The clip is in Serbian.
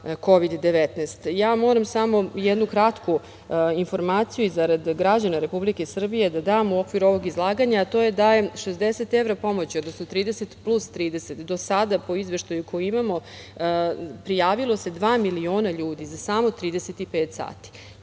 Kovid 19.Ja moram samo jednu kratku informaciju zarad građana Republike Srbije da dam u okviru ovog izlaganja, a to je da je 60 evra, odnosno 30 plus 30 do sada po izveštaju koji imamo prijavilo se dva miliona ljudi za samo 35